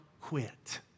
quit